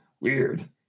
weird